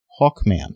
Hawkman